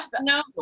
no